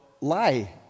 lie